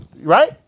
right